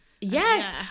yes